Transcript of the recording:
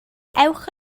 ewch